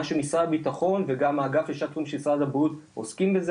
מה שמשרד הביטחון וגם האגף של משרד הבריאות עוסקים בזה,